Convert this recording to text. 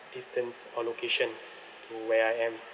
distance or location to where I am